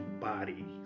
body